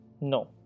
no